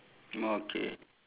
okay